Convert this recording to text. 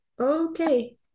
Okay